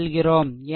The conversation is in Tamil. எனவே 2 i2 VThevenin